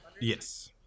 Yes